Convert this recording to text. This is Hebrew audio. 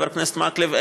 חבר הכנסת מקלב,